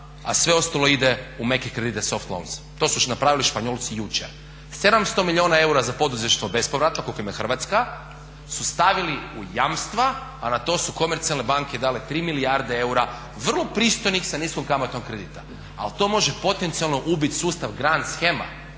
a sve ostalo ide u meki kredit soft loanse. To su napravili Španjolci jučer. 700 milijuna eura za poduzetništvo bespovratno koliko ima Hrvatska su stavili u jamstva, a na to su komercijalne banke dale 3 milijarde eura vrlo pristojnih sa niskom kamatom kredita. Ali to može potencijalno ubiti sustav grand shema